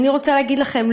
אני רוצה להגיד לכם,